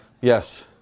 Yes